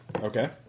Okay